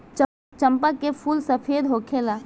चंपा के फूल सफेद होखेला